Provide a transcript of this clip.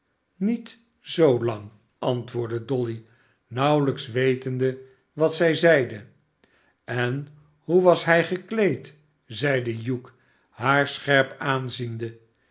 niet zoo lang antwoordde dolly nauwelijks wetende wat zij zeide en hoe was hij gekleed zeide hugh haar scherp aanziende